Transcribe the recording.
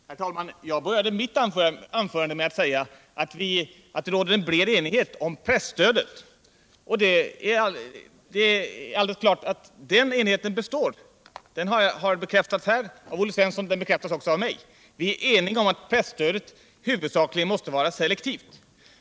Herr talman! Jag började mitt anförande med att säga att det råder en bred enighet om presstödet. Det är alldeles klart att den enigheten består. Den har bekräftats av Olle Svensson och den har också bekräftats av mig. Vi är också eniga om att presstödet huvudsakligen måste vara selektivt.